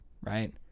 Right